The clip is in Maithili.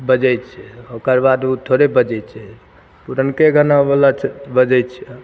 बजै छै ओकरबाद थोड़े बजै छै पुरनके गानावला छै बजै छै